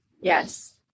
Yes